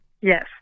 yes